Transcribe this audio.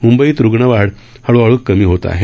मुंबईत रुग्णवाढ हळ्हळू कमी होत आहे